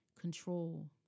control